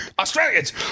Australians